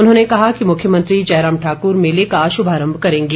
उन्होंने कहा कि मुख्यमंत्री जयराम ठाक्र मेले का श्भारंभ करेंगे